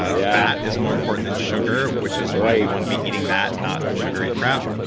ah yeah fat is more important than sugar which is why you want to be eating that not sugary crap.